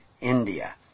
India